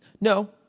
No